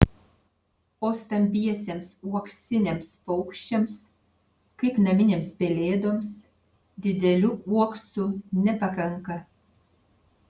o stambiesiems uoksiniams paukščiams kaip naminėms pelėdoms didelių uoksų nepakanka